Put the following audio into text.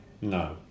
No